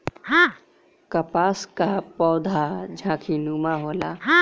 कपास कअ पौधा झाड़ीनुमा होला